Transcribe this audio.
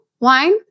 wine